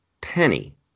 penny